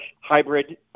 hybrid